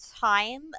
time